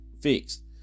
fixed